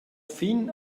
fin